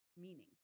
meaning